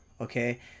Okay